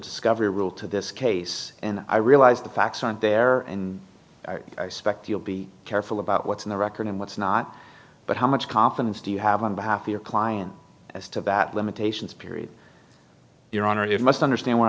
discovery rule to this case and i realize the facts aren't there and i suspect you'll be careful about what's in the record and what's not but how much confidence do you have on behalf of your client as to that limitations period your honor you must understand what